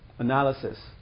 analysis